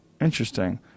Interesting